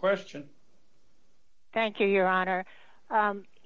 question thank you your honor